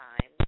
time